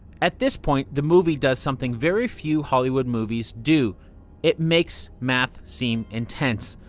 at this point the movie does something very few hollywood movies do it makes math seem intense,